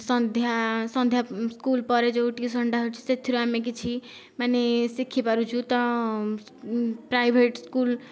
ସନ୍ଧ୍ୟା ସନ୍ଧ୍ୟା ସ୍କୁଲ ପରେ ଯେଉଁ ଟ୍ୟୁସନଟା ହେଉଛି ସେଥିରୁ ଆମେ କିଛି ମାନେ ଶିଖିପାରୁଛୁ ତ ପ୍ରାଇଭେଟ୍ ସ୍କୁଲ